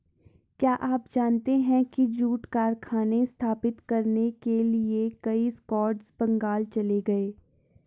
क्या आप जानते है जूट कारखाने स्थापित करने के लिए कई स्कॉट्स बंगाल चले गए?